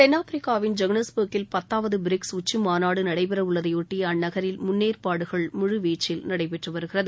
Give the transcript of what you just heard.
தென்னாப்பிரிக்காவின் பத்தாவது பிரிக்ஸ் மாநாடு நடைபெறவுள்ளதையொட்டி அந்நகரில் முன்னேற்பாடுகள் முழுவீச்சில் நடைபெற்று வருகிறது